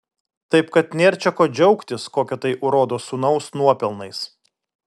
taip kad nėr čia ko džiaugtis kokio tai urodo sūnaus nuopelnais